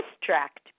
distract